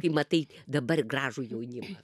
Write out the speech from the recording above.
kai matai dabar gražų jaunimą